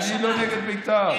אני לא נגד בית"ר.